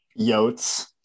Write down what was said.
yotes